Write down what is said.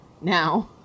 now